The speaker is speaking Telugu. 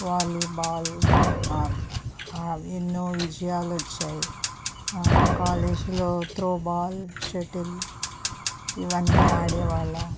వాలీబాల్ అవి ఎన్నో విజయాలొచ్చాయి కాలేజీలో త్రోబాల్ షటిల్ ఇవన్నీ ఆడేవాళ్ళము